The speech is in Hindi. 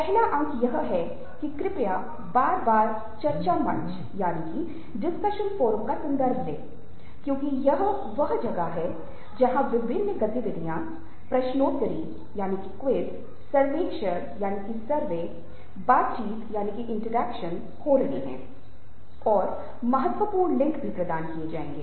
पहला अंक यह है कि कृपया बार बार चर्चा मंच डिस्कशन फोरम discussion forum का संदर्भ लें क्योंकि यह वह जगह है जहां विभिन्न गतिविधियां प्रश्नोत्तरी क्विज़ Quiz सर्वेक्षण बातचीत इंटरैक्शन Interaction हो रहे हैं और महत्वपूर्ण लिंक भी प्रदान किए जाएंगे